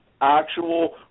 actual